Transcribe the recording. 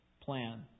plan